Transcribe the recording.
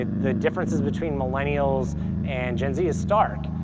ah the differences between millennials and gen-z is stark.